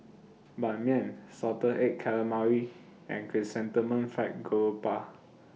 Ban Mian Salted Egg Calamari and Chrysanthemum Fried Garoupa